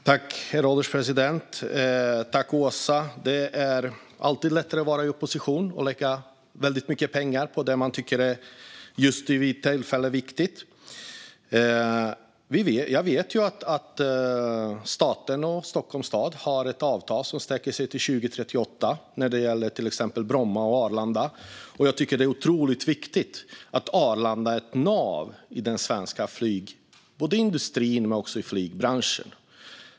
Herr ålderspresident! Tack, Åsa, för frågan! Det är alltid lättare att vara i opposition och lägga väldigt mycket pengar på det som man just vid tillfället tycker är viktigt. Staten och Stockholms stad har ett avtal som sträcker sig till 2038 när det gäller till exempel Bromma och Arlanda. Och jag tycker att det är otroligt viktigt att Arlanda är ett nav i både den svenska flygindustrin och flygbranschen.